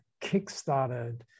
kickstarted